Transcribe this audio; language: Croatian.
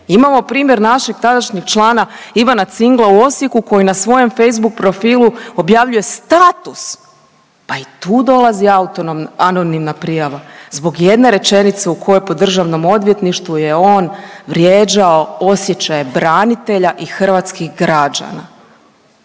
imamo primjer našeg tadašnjeg člana Ivana Cingla u Osijeku koji je na svojem Facebook profilu objavljuje status pa i tu dolazi .../nerazumljivo/... anonimna prijava zbog jedne rečenice u kojoj, po DORH-u je on vrijeđao osjećaje branitelja i hrvatskih građana.